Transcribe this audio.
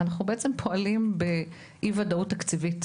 אנחנו בעצם פועלים באי-ודאות תקציבית.